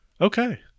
Okay